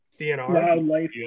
DNR